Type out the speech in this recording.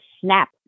snap